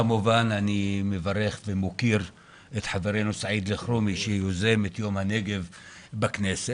כמובן אני מברך ומוקיר את חברנו סעיד אלחרומי שיוזם את יום הנגב בכנסת.